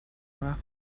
aveva